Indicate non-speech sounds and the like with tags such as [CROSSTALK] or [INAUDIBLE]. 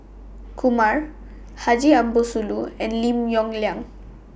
[NOISE] Kumar Haji Ambo Sooloh and Lim Yong Liang